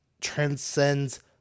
transcends